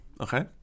okay